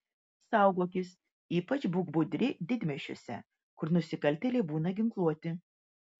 saugokis ypač būk budri didmiesčiuose kur nusikaltėliai būna ginkluoti